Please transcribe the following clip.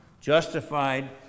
justified